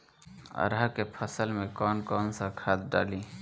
अरहा के फसल में कौन कौनसा खाद डाली?